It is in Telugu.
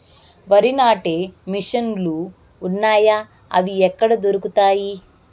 వరి నాటే మిషన్ ను లు వున్నాయా? అవి ఎక్కడ దొరుకుతాయి?